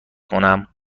کنم